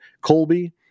colby